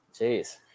Jeez